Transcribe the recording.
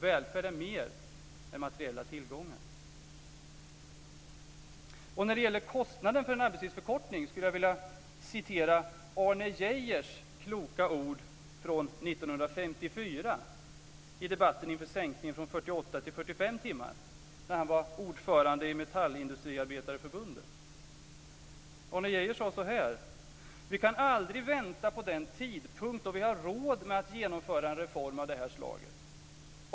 Välfärd är mer än materiella tillgångar. När det gäller kostnaden för en arbetstidsförkortning skulle jag vilja citera Arne Geijers kloka ord från 1954 i debatten inför sänkningen från 48 till 45 timmar. Han var då ordförande i Metallindustriarbetareförbundet. Arne Geijer sade så här: "Vi kan aldrig vänta på den tidpunkt, då vi har råd med att genomföra en reform av det här slaget.